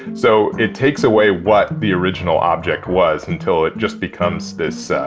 so it takes away what the original object was until it just becomes this,